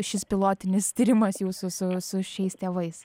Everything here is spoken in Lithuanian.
šis pilotinis tyrimas jūsų su su šiais tėvais